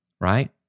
Right